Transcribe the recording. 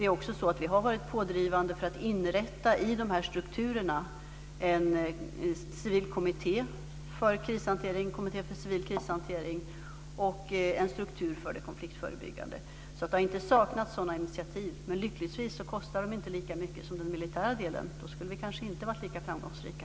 Vi har också varit pådrivande för att i de här strukturerna inrätta en kommitté för civil krishantering och en struktur för konfliktförebyggande. Det har alltså inte saknats sådana initiativ. Lyckligtvis kostar de inte lika mycket som den militära delen. Då skulle vi kanske inte ha varit lika framgångsrika.